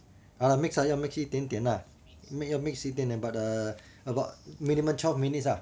!hanna! mix lah 要 mix 一点点啦要 mix 一点点 about about minimum twelve minutes ah